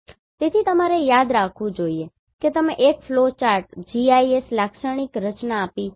તેથી તમારે યાદ રાખવું જ જોઇએ કે મેં તમને એક ફ્લોચાર્ટ GIS લાક્ષણિક રચના આપી